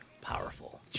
Powerful